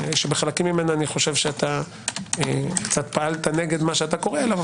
שבחלקים ממנה קצת פעלת נגד מה שאתה קורא אליו.